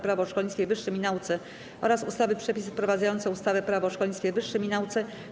Prawo o szkolnictwie wyższym i nauce oraz ustawy - Przepisy wprowadzające ustawę - Prawo o szkolnictwie wyższym i nauce.